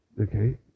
okay